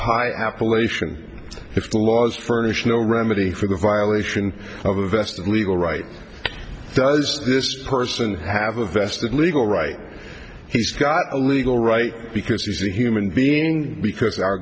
high appellation if the laws furnish no remedy for the violation of a vested legal right does this person have a vested legal right he's got a legal right because he's a human being because our